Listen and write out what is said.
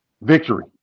Victory